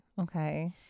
Okay